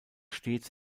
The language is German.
stets